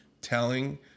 telling